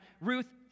Ruth